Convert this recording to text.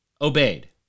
obeyed